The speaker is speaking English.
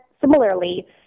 Similarly